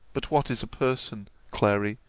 but what is person, clary,